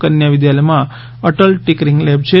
કન્યા વિદ્યાલયમાં Atal tinkering lab છે